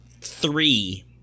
three